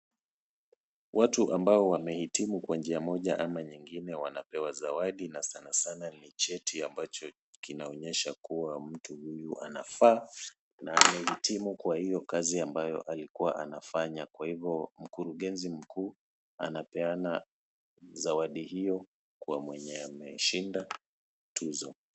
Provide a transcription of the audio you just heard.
Watu ambao wameitibu kwa njia moja ama nyingine wanapewa zawadi na sana sana ni cheti ambacho kinaonyesha kuwa mtu huyu anafaa, na anaitibu kwa hiyo kazi ambayo alikuwa anafanya kwa hivyo mkurugenzi mkuu, anapeana zawadi hiyo kwa mwenye ameshinda tuzo.